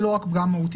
זה לא רק פגם מהותי.